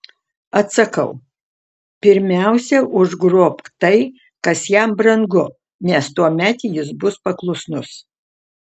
atsakau pirmiausia užgrobk tai kas jam brangu nes tuomet jis bus paklusnus